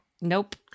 Nope